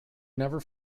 never